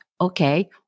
okay